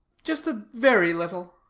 just a very little.